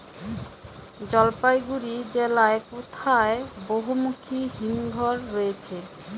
জলপাইগুড়ি জেলায় কোথায় বহুমুখী হিমঘর রয়েছে?